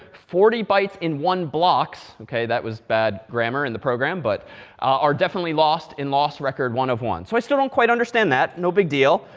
forty bytes in one blocks. ok, that was bad grammar in the program, but are definitely lost in loss record one of one. so i still don't quite understand that. no big deal.